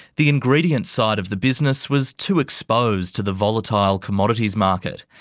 the ingredients side of the business was too exposed to the volatile commodities market,